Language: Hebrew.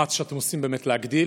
המאמץ שאתם עושים להגדיל,